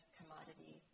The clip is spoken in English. commodity